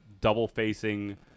double-facing